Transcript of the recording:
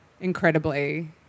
incredibly